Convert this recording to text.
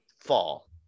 fall